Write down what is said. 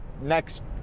next